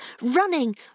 running